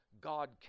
God